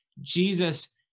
Jesus